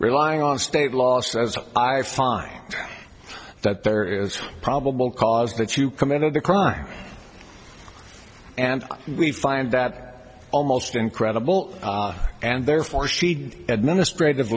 relying on state law says i find that there is probable cause that you committed the crime and we find that almost incredible and therefore she administrative